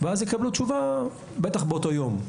ואז יקבלו תשובה בטח באותו יום.